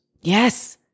Yes